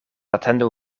atendu